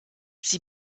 sie